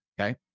okay